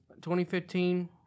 2015